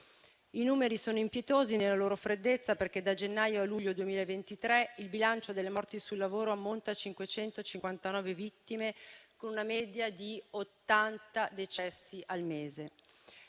I numeri sono impietosi nella loro freddezza, perché da gennaio a luglio 2023 il bilancio delle morti sul lavoro ammonta a 559 vittime, con una media di 80 decessi al mese.